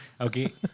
Okay